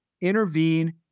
intervene